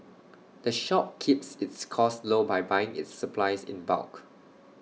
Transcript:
the shop keeps its costs low by buying its supplies in bulk